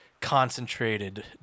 concentrated